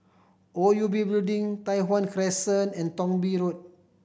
O U B Building Tai Hwan Crescent and Thong Bee Road